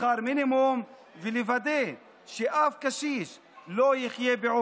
אורלי לוי אבקסיס מתנגדת.